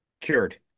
cured